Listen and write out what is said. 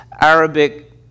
Arabic